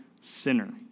sinner